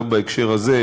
גם בהקשר הזה,